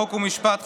חוק ומשפט,